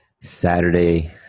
Saturday